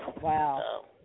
Wow